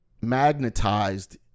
magnetized